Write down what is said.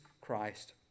Christ